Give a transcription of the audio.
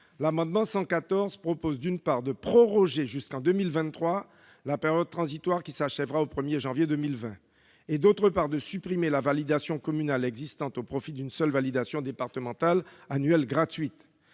L'amendement n° 114 rectifié vise, d'une part, à proroger jusqu'en 2023 la période transitoire qui s'achèvera le 1 janvier 2020, et, d'autre part, à supprimer la validation communale existante au profit d'une seule validation départementale annuelle gratuite.